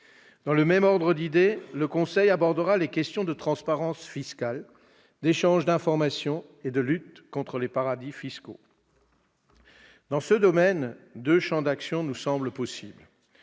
Dans le même ordre d'idées, le Conseil européen abordera les questions de transparence fiscale, d'échange d'informations et de lutte contre les paradis fiscaux. Dans ce domaine, deux champs d'action nous semblent possibles.